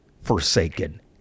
forsaken